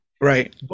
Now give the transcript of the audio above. Right